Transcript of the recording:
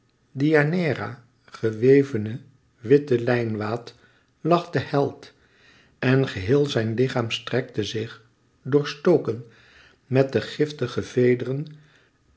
deianeira gewevene witte lijnwaad lag de held en geheel zijn lichaam strekte zich doorstoken met de giftige